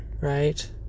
Right